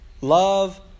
Love